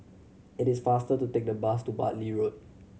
it is faster to take the bus to Bartley Road